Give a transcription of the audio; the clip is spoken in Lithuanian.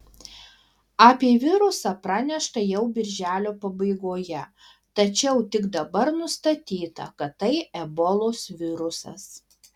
apie virusą pranešta jau birželio pabaigoje tačiau tik dabar nustatyta kad tai ebolos virusas